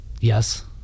yes